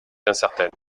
incertaine